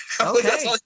Okay